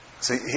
See